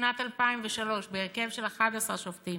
בשנת 2003, בהרכב של 11 שופטים,